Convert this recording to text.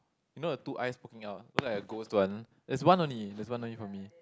you know the two eyes popping out you know like a ghost one there's one only there's one only from me